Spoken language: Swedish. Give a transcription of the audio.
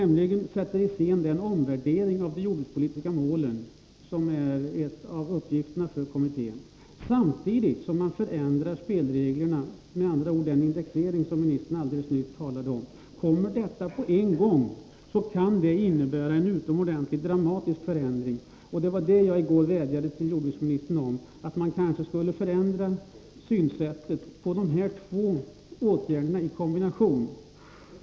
Man iscensätter den omvärdering av de jordbrukspolitiska målen som är en av uppgifterna för kommittén, samtidigt som man förändrar spelreglerna, med andra ord den indexering som jordbruksministern alldeles nyss talade om. Skall detta ske på en gång, kan det innebära en utomordentligt dramatisk förändring. Jag vädjade i går till jordbruksministern att försöka ändra synsättet på de här två åtgärderna i kombination.